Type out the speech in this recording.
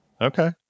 okay